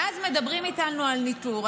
ואז מדברים איתנו על ניטור.